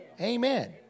Amen